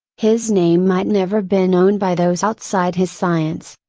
his name might never be known by those outside his science.